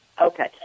Okay